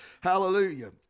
Hallelujah